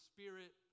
Spirit